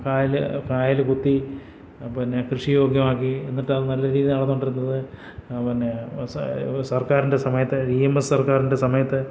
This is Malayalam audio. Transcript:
കായൽ കായൽ കുത്തി പിന്നെ കൃഷിയോഗ്യമാക്കി എന്നിട്ടത് നല്ലരീതിയിൽ നടന്നുകൊണ്ടിരുന്നത് പിന്നെ ഒരു സർക്കാരിൻ്റെ സമയത്ത് ഇ എം എസ് സർക്കാരിൻ്റെ സമയത്ത്